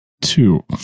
two